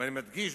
ואני מדגיש,